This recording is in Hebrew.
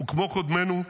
וכמו קודמינו,